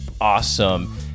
awesome